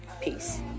Peace